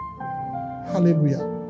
Hallelujah